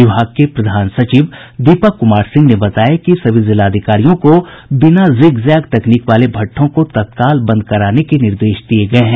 विभाग के प्रधान सचिव दीपक कुमार सिंह ने बताया कि सभी जिलाधिकारियों को बिना जिग जैग तकनीक वाले भट़ठों को तत्काल बंद कराने के निर्देश दिये गये हैं